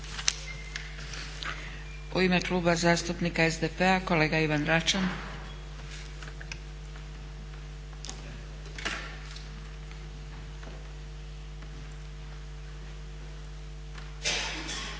U ime Kluba zastupnika SDP-a kolega Ivan Račan.